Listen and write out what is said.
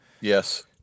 yes